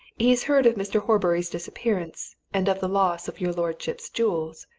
he's heard of mr. horbury's disappearance, and of the loss of your lordship's jewels,